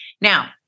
Now